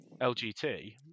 LGT